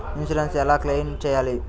Insurance ఎలా claim చేయాలి?